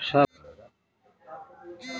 কোনো ব্যবসা বা কাজ করার জন্য তহবিল পাওয়া যায়